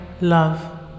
love